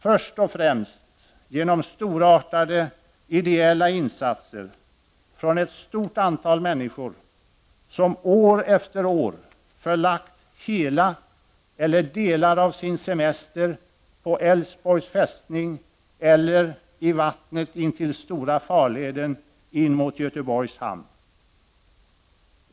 Först och främst har det kunnat ske genom storartade ideella insatser från ett stort antal människor, som år efter år tillbringat hela eller delar av sin semester på Älvsborgs fästning eller i vattnet intill stora farleden in mot Göteborgs hamn.